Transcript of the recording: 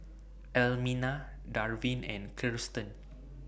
Elmina Darvin and Kiersten